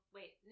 Wait